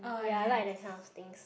ya I like that kind of things